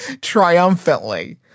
triumphantly